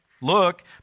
look